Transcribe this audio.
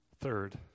Third